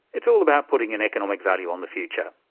it's all about putting an economic value on the future.